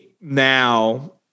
now